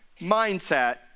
mindset